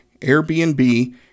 Airbnb